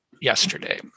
yesterday